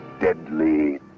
Deadly